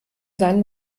seinen